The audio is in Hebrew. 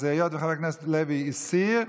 אז היות שחבר הכנסת לוי הסיר,